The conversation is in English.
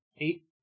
eight